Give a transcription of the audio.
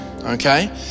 Okay